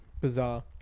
bizarre